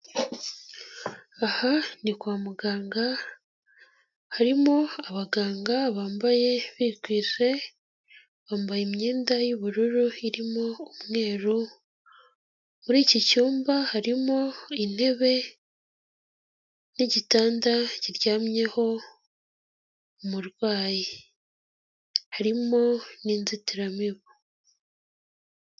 Aha ni kwa muganga, harimo abaganga bambaye bikwije, bambaye imyenda y'ubururu irimo umweru, muri iki cyumba harimo intebe n'igitanda kiryamyeho umurwayi, harimo n'inzitiramibu.